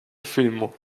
filmo